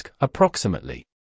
approximately